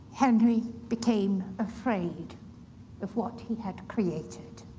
henry became afraid of what he had created.